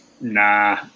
nah